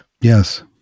Yes